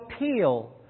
appeal